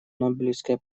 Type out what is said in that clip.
нобелевская